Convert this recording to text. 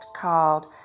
called